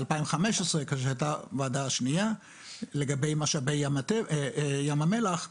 ב-2015 כאשר הייתה הוועדה השנייה לגבי משאבי ים המלח,